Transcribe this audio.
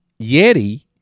Yeti